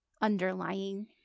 underlying